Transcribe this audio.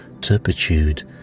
turpitude